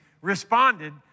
responded